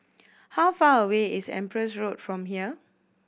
how far away is Empress Road from here